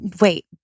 Wait